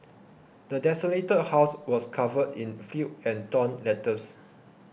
the desolated house was covered in filth and torn letters